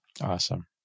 Awesome